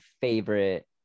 favorite